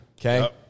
okay